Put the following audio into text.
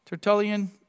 Tertullian